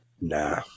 Nah